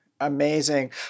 Amazing